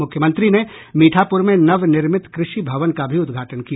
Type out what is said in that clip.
मुख्यमंत्री ने मीठापुर में नवनिर्मित कृषि भवन का भी उद्घाटन किया